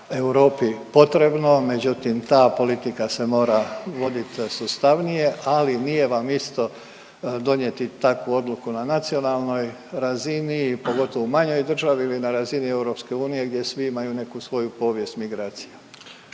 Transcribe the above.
Europi potrebno, međutim ta politika se mora vodit sustavnije, ali nije vam isto donijeti takvu odluku na nacionalnoj razini pogotovo u manjoj državi ili na razini EU gdje svi imaju neku svoju povijest migracija.